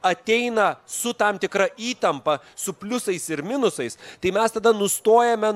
ateina su tam tikra įtampa su pliusais ir minusais tai mes tada nustojame